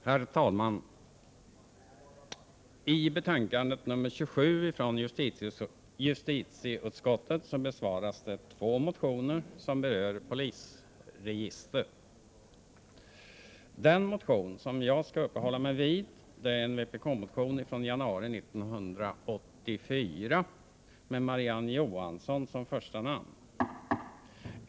Herr talman! I betänkande nr 27 från justitieutskottet besvaras två motioner som berör polisregister. Den motion som jag skall uppehålla mig vid är en vpk-motion från januari 1984 med Marie-Ann Johansson som första namn.